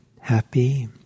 happy